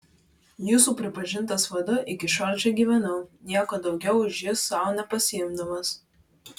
jūsų pripažintas vadu iki šiol čia gyvenau nieko daugiau už jus sau nepasiimdamas